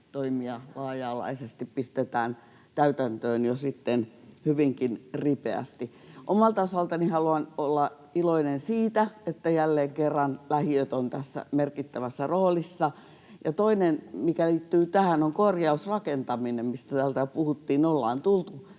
[Toimi Kankaanniemen välihuuto] Omalta osaltani haluan olla iloinen siitä, että jälleen kerran lähiöt ovat tässä merkittävässä roolissa. Ja toinen, mikä liittyy tähän, on korjausrakentaminen, mistä täällä jo puhuttiin — ollaan tultu